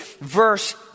verse